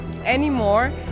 anymore